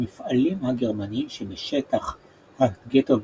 המפעלים הגרמניים שבשטח הגטו וקרבתו,